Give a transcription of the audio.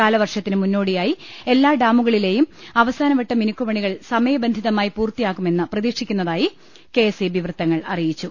കാലവർഷത്തിന് മുന്നോടിയായി എല്ലാം ഡാമുകളിലെയും അവസാനവട്ട മിനുക്കുപണികൾ സമയബന്ധിതമായി പൂർത്തിയാക്കാര്മന്ന് പ്രതീക്ഷിക്കുന്നതായി കെഎസ്ഇബി വൃത്തങ്ങൾ അറിയിച്ചു